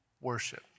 worship